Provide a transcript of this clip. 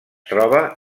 troba